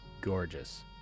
gorgeous